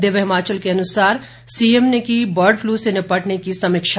दिव्य हिमाचल के अनुसार सीएम ने की बर्ड फ्लू से निपटने की समीक्षा